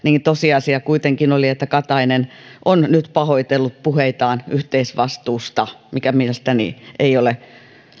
tosiasia kuitenkin oli että katainen on nyt pahoitellut puheitaan yhteisvastuusta mikä mielestäni ei ole